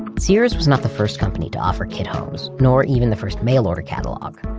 sears was not the first company to offer kit homes, nor even the first mail order catalog,